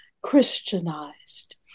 Christianized